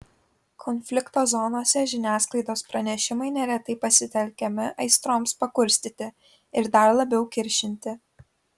konflikto zonose žiniasklaidos pranešimai neretai pasitelkiami aistroms pakurstyti ir dar labiau kiršinti